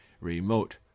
Remote